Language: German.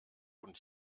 und